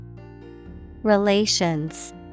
Relations